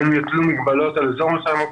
האם יוטלו מגבלות על אזור מסוים,